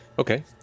Okay